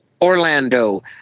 Orlando